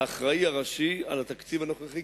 האחראי הראשי על התקציב הנוכחי,